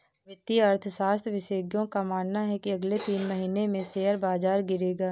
वित्तीय अर्थशास्त्र विशेषज्ञों का मानना है की अगले तीन महीने में शेयर बाजार गिरेगा